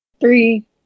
Three